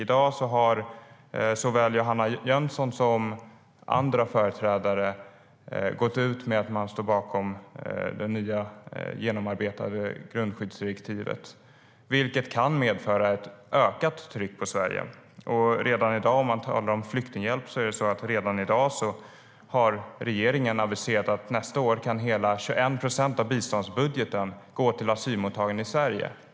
I dag har såväl Johanna Jönsson som andra företrädare gått ut med att man står bakom det nya, genomarbetade grundskyddsdirektivet, vilket kan medföra ett ökat tryck på Sverige. När det gäller flyktinghjälp har regeringen redan i dag aviserat att hela 21 procent av biståndsbudgeten nästa år kan gå till asylmottagande i Sverige.